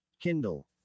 Kindle